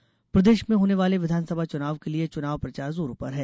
चुनाव प्रचार प्रदेश में होने वाले विधानसभा चुनाव के लिये चुनाव प्रचार जोरों पर है